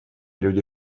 люди